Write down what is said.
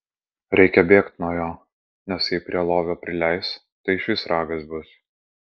reikia bėgt nuo jo nes jei prie lovio prileis tai išvis ragas bus